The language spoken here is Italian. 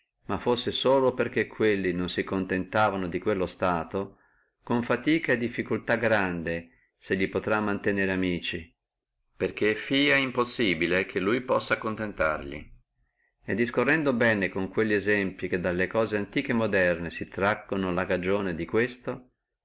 ma fussi solo perché quelli non si contentavano di quello stato con fatica e difficultà grande se li potrà mantenere amici perché e fia impossibile che lui possa contentarli e discorrendo bene con quelli esempli che dalle cose antiche e moderne si traggono la cagione di questo